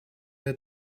der